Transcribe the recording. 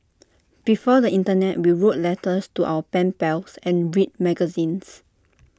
before the Internet we wrote letters to our pen pals and read magazines